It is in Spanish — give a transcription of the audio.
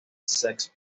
sex